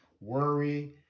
worry